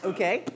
Okay